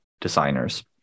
designers